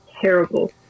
terrible